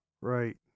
Right